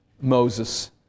Moses